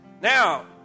now